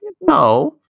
no